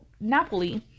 Napoli